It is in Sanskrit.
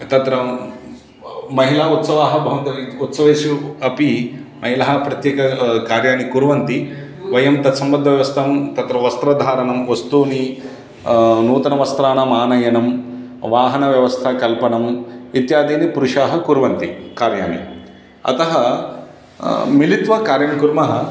तत्र महिलाः उत्सवाः भवन्ति उत्सवेषु अपि महिलाः प्रत्येकं कार्याणि कुर्वन्ति वयं तत्संबद्धव्यवस्थां तत्र वस्त्रधारणं वस्तूनि नूतनवस्त्राणाम् आनयनं वाहनव्यवस्थाकल्पनम् इत्यादीनि पुरुषाः कुर्वन्ति कार्याणि अतः मिलित्वा कार्यं कुर्मः